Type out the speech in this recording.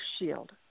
shield